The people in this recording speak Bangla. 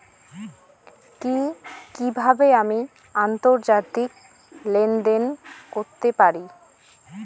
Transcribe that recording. কি কিভাবে আমি আন্তর্জাতিক লেনদেন করতে পারি?